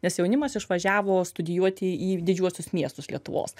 nes jaunimas išvažiavo studijuoti į didžiuosius miestus lietuvos